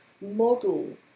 model